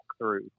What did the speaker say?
walkthrough